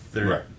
Right